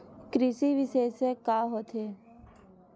कृषि विशेषज्ञ का होथे?